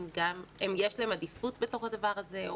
יש להם עדיפות בדבר הזה?